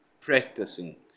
practicing